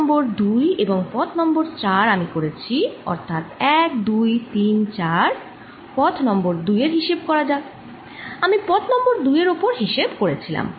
পথ নং 2 এবং পথ নং 4 আমি করেছি অর্থাৎ 1 2 3 4 পথ নং 2 এর হিসেব করা যাক আমি পথ নং 2 এর ওপর হিসেব করেছিলাম